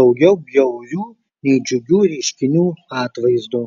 daugiau bjaurių nei džiugių reiškinių atvaizdu